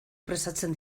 presatzen